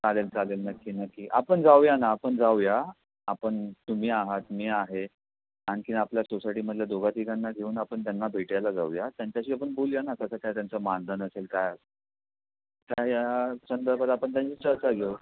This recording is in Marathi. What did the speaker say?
चालेल चालेल नक्की नक्की आपण जाऊ या ना आपण जाऊ या आपण तुम्ही आहात मी आहे आणखीन आपल्या सोसायटीमधल्या दोघातिघांना घेऊन आपण त्यांना भेटायला जाऊ या त्यांच्याशी आपण बोलू या ना कसं काय त्यांचं मानधन असेल काय छा या संदर्भात आपण त्यांची चर्चा घेऊ